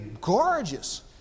gorgeous